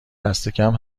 دستکم